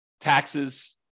taxes